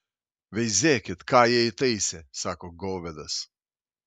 veizėkit ką jie įtaisė sako govedas